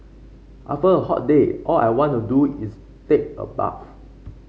after a hot day all I want to do is take a bath